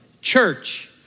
Church